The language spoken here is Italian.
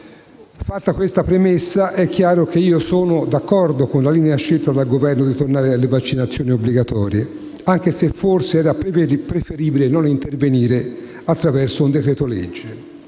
Con questa premessa è chiaro che io sono d'accordo con la linea scelta dal Governo di tornare alle vaccinazioni obbligatorie, anche se era forse preferibile non intervenire attraverso un decreto-legge.